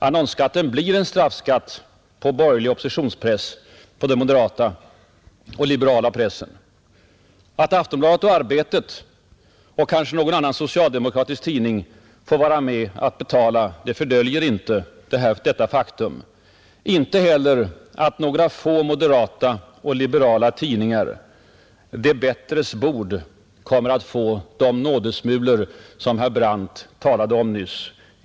Annonsskatten blir en straffskatt på borgerlig oppositionspress, på den moderata och den liberala pressen, Att Aftonbladet och Arbetet och kanske någon annan socialdemokratisk tidning får vara med och betala fördöljer inte detta faktum, inte heller att några få moderata och liberala tidningar — ”de bättres bord”! — kommer att få de nådesmulor som herr Brandt talade om nyss.